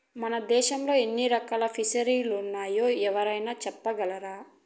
మన దేశంలో ఎన్ని రకాల ఫిసరీలున్నాయో ఎవరైనా చెప్పగలరా